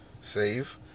save